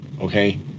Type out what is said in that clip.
okay